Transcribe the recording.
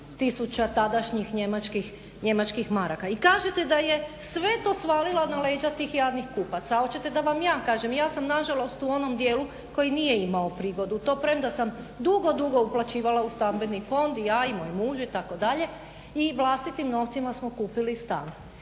tisuća tadašnjih njemačkih maraka. I kažete da je sve to svalila na leđa tih jadnih kupaca. Hoćete da vam ja kažem. Ja sam nažalost u onom dijelu koji nije imao prigodu premda sam dugo, dugo uplaćivala u Stambeni fond i ja i moj muž itd. i vlastitim novcima smo kupili stan.